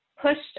pushed